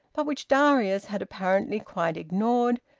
but which darius had apparently quite ignored,